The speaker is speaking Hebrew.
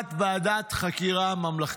הקמת ועדת חקירה ממלכתית,